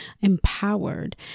empowered